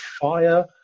fire